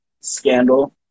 scandal